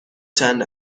چند